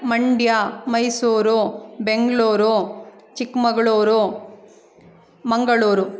Mandya Mysuru Bengaluru Chikkamagaluru Mangaluru